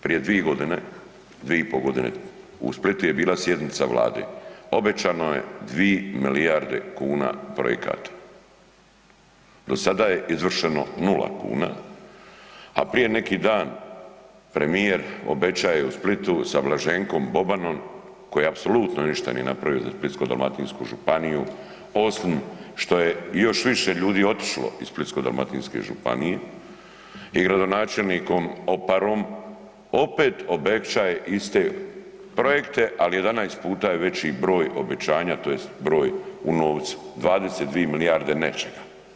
Prije 2.g., 2,5.g. u Splitu je bila sjednica Vlade, obećano je 2 milijarde kuna projekata, do sada je izvršeno 0 kuna, a prije neki dan premijer obećaje u Splitu sa Blaženkom Bobanom koji apsolutno ništa nije napravio za Splitsko-dalmatinsku županiju osim što je još više ljudi otišlo iz Splitsko-dalmatinske županije i gradonačelnikom Oparom opet obećaje iste projekte, ali 11 puta je veći broj obećanja tj. broj u novcu, 22 milijarde nečega.